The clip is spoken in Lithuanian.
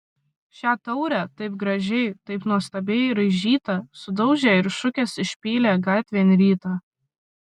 šią taurę taip gražiai taip nuostabiai raižytą sudaužė ir šukes išpylė gatvėn rytą